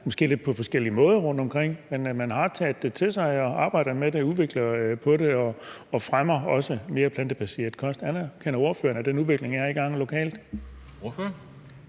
måske på lidt forskellige måder rundtomkring, men at man har taget det til sig – og arbejder med det og udvikler på det og fremmer mere plantebaseret kost? Anerkender ordføreren, at den udvikling er i gang lokalt? Kl.